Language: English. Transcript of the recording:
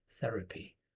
therapy